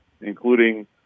including